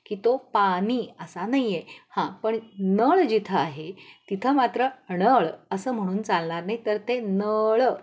की तो पाणी असा नाही आहे हां पण नळ जिथं आहे तिथं मात्र नळ असं म्हणून चालणार नाही तर ते नळ